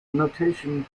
notation